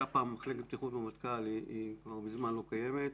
הייתה פעם מחלקת בטיחות במטכ"ל והיא כבר מזמן לא קיימת.